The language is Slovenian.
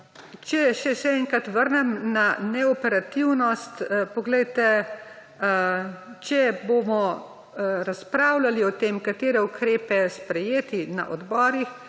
Če se še enkrat vrnem na neoperativnost. Poglejte, če bomo razpravljali o tem, katere ukrepe sprejeti na odborih,